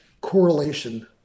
correlation